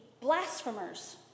blasphemers